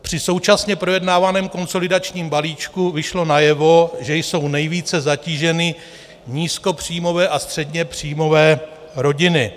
Při současně projednávaném konsolidačním balíčku vyšlo najevo, že jsou nejvíce zatíženy nízkopříjmové a středněpříjmové rodiny.